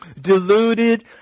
deluded